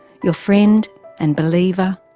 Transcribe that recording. your friend and believer,